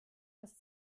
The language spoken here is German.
das